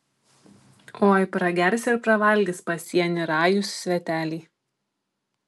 oi pragers ir pravalgys pasienį rajūs sveteliai